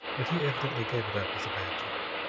and he evidently gave it up as a bad job.